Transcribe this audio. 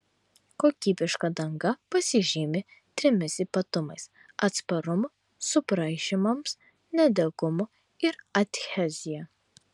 kokybiška danga pasižymi trimis ypatumais atsparumu subraižymams nedegumu ir adhezija